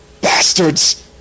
bastards